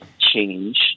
change